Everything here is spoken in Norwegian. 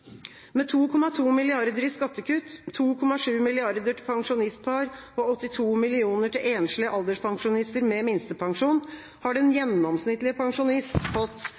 Med 2,2 mrd. kr i skattekutt, 2,7 mrd. kr til pensjonistpar og 82 mill. kr til enslige alderspensjonister med minstepensjon, har den gjennomsnittlige pensjonist fått